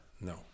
No